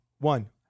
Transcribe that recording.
One